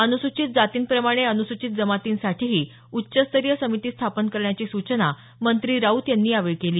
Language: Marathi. अनुसूचित जातींप्रमाणे अनुसूचित जमातींसाठीही उच्च स्तरीय समिती स्थापन करण्याची सूचना मंत्री राऊत यांनी यावेळी केली